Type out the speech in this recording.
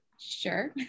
sure